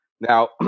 Now